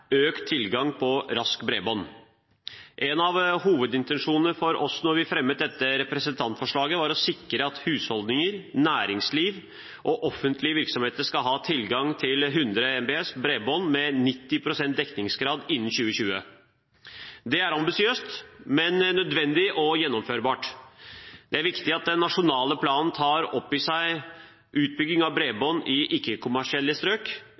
økt tilgang på raskt bredbånd. Da vi fremmet dette representantforslaget, var en av våre hovedintensjoner å sikre at husholdninger, næringsliv og offentlige virksomheter skal ha tilgang til 100 Mbit/s bredbånd med 90 pst. dekningsgrad innen 2020. Det er ambisiøst, men nødvendig og gjennomførbart. Det er viktig at den nasjonale planen tar opp i seg utbygging av bredbånd i ikke-kommersielle strøk,